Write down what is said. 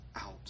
out